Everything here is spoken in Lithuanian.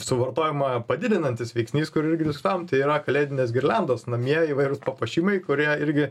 suvartojimą padidinantis veiksnys kur irgi diskutavom tai yra kalėdinės girliandos namie įvairūs papuošimai kurie irgi